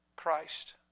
Christ